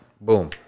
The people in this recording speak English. Boom